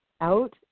out